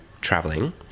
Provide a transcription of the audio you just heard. traveling